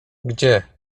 gdzie